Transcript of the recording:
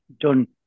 done